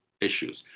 issues